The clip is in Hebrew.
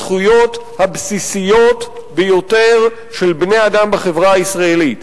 הזכויות הבסיסיות ביותר של בני-אדם בחברה הישראלית.